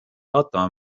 vaatama